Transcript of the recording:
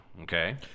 Okay